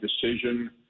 decision